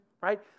right